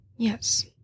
yes